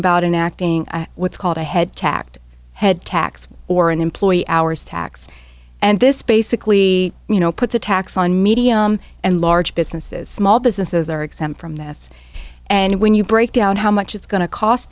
about in acting what's called a head tacked head tax or an employee hours tax and this basically you know puts a tax on medium and large businesses small businesses are exempt from this and when you break down how much it's going to cost